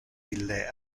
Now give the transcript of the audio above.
ille